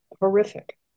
horrific